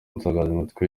nsanganyamatsiko